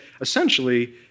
essentially